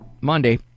Monday